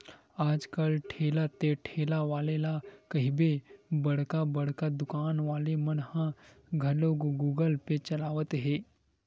आज कल ठेला ते ठेला वाले ला कहिबे बड़का बड़का दुकान वाले मन ह घलोक गुगल पे चलावत हे